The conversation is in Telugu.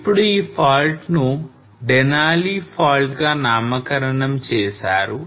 ఇప్పుడు ఈ fault ను Denali fault గా నామకరణం చేసారు